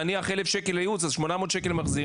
נניח 1,000 שקל לייעוץ אז מחזירים לך 800 שקל.